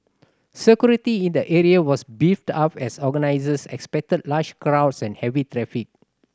security in the area was beefed up as organisers expected large crowds and heavy traffic